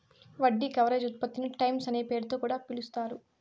వడ్డీ కవరేజ్ ఉత్పత్తిని టైమ్స్ అనే పేరుతొ కూడా పిలుస్తారు